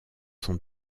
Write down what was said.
son